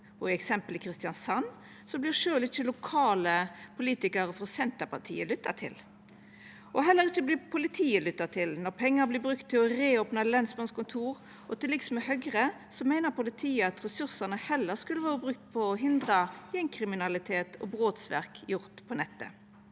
I eksempelet Kristiansand vert sjølv ikkje lokale politikarar frå Senterpartiet lytta til. Heller ikkje politiet vert lytta til når pengar vert brukte til å reopna lensmannskontor. Til liks med Høgre meiner politiet at ressursane heller skulle vore brukte på å hindra gjengkriminalitet og brotsverk gjort på nettet.